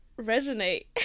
resonate